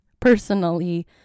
personally